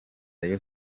rayon